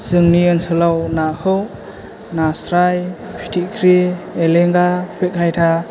जोंनि ओनसोलाव नाखौ नास्राय फिथिख्रि एलेंगा खुरखायथा